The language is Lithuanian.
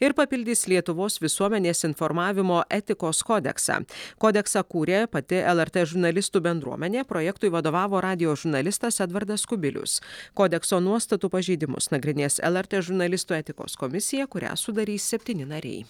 ir papildys lietuvos visuomenės informavimo etikos kodeksą kodeksą kūrė pati lrt žurnalistų bendruomenė projektui vadovavo radijo žurnalistas edvardas kubilius kodekso nuostatų pažeidimus nagrinės lrt žurnalistų etikos komisija kurią sudarys septyni nariai